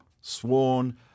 sworn